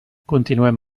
continuem